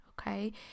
okay